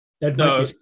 No